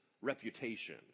reputation